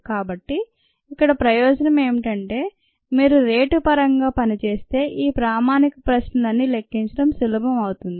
కాబట్టి ఇక్కడ ప్రయోజనం ఏమిటంటే మీరు రేటు పరంగా పనిచేస్తే ఈ ప్రామాణిక ప్రశ్నలన్నీ లెక్కించడం సులభం అవుతుంది